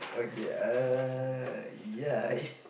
okay uh ya